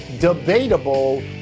debatable